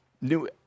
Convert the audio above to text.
New